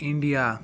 India